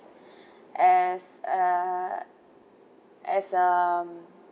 as uh as um